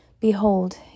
Behold